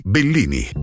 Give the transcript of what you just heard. Bellini